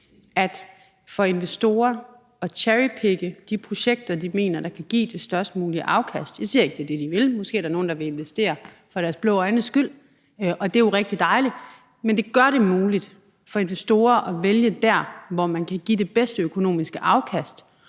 for investorer at cherrypicke de projekter, de mener kan give det størst mulige afkast? Jeg siger ikke, at det er det, de vil. Måske er der nogle, der vil investere for deres blå øjnes skyld, og det er jo rigtig dejligt, men det gør det muligt for investorer at vælge der, hvor det kan give det bedste økonomiske afkast